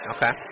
Okay